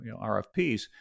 RFPs